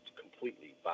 completely